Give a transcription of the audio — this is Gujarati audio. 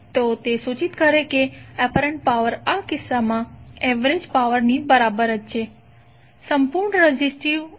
તો તે સૂચિત કરે છે કે એપરન્ટ પાવર આ કિસ્સામાં એવરેજ પાવર ની બરાબર જ છે